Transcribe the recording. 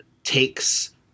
takes